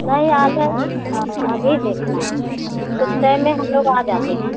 नहीं आ जाएंगे अभी देखना है कुछ टाइम में हम लोग आ जाते हैं